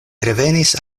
revenis